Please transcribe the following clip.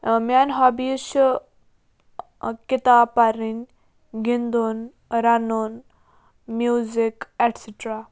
میٛانہِ ہابیٖز چھِ کِتاب پَرٕنۍ گِنٛدُن رَنُن میوٗزِک اٮ۪ٹسِٹرا